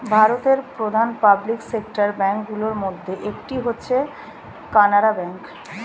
ভারতের প্রধান public sector bank গুলির মধ্যে একটি হচ্ছে কানারা ব্যাঙ্ক